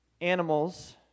animals